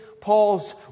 Paul's